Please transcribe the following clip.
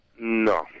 no